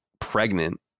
pregnant